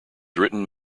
written